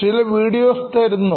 ചില വീഡിയോസ് തരുന്നു